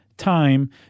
time